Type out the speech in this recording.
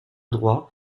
droits